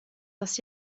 das